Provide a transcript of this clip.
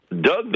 Doug